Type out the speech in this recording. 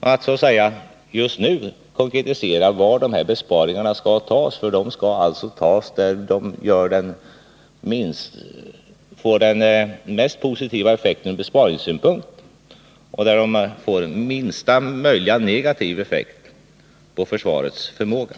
för försvarets del som för andra samhällsområden att just nu konkretisera var besparingarna skall göras. De skall alltså tas där de får den mest positiva effekten ur besparingssynpunkt och där de får minsta möjliga negativa effekt på försvarets förmåga.